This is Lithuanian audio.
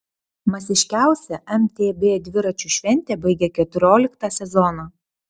masiškiausia mtb dviračių šventė baigia keturioliktą sezoną